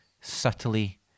subtly